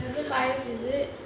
until five is it